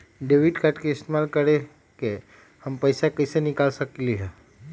Debit card के इस्तेमाल करके हम पैईसा कईसे निकाल सकलि ह?